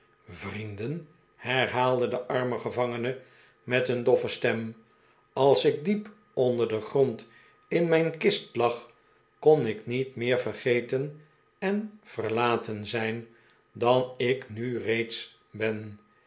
vrienden herhaalde de arme gevangene met een doffe stem als ik diep onder den grond in mijn kist lag kon ik niet meer vergeten en verlaten zijn dan ik nu reeds ben